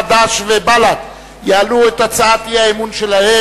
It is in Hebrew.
חד"ש ובל"ד יעלו את הצעת האי-אמון שלהם,